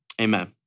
amen